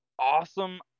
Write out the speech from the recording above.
Awesome